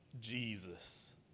Jesus